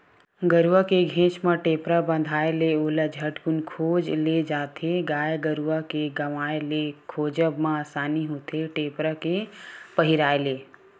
गरुवा के घेंच म टेपरा बंधाय ले ओला झटकून खोज ले जाथे गाय गरुवा के गवाय ले खोजब म असानी होथे टेपरा के पहिराय ले